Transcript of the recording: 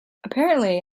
apparently